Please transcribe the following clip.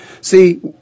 see